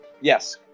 Yes